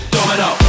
Domino